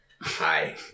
hi